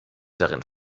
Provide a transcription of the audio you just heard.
darin